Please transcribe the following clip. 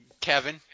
Kevin